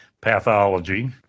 pathology